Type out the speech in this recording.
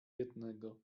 jednego